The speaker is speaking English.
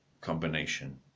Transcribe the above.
combination